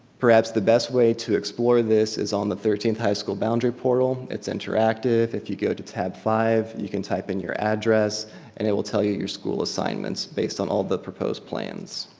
perhaps the best way to explore this is on the thirteenth high school boundary portal. it's interactive. if you go to tab five you can type in your address and it will tell you your school assignments based on all the proposed plans.